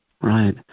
Right